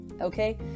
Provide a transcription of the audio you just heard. Okay